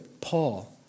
Paul